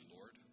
Lord